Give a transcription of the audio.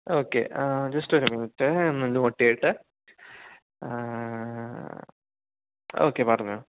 okay just ഒരു മിനിറ്റേ ഒന്നു നോട്ട് ചെയ്യട്ടെ ഓക്കേ പറഞ്ഞോളൂ